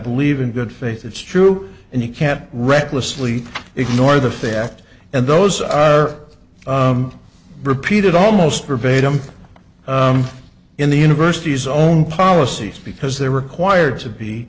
believe in good faith it's true and you can't recklessly ignore the fact and those are repeated almost verbatim in the university's own policies because they're required to be